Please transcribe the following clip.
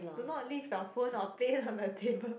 do not leave your phone or play it on the table